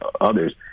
others